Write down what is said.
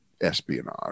espionage